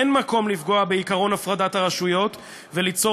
אין מקום לפגוע בעקרון הפרדת הרשויות וליצור